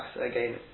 again